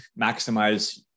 maximize